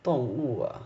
动物 ah